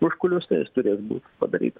užkulius tai jis turės būt padaryta